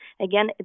Again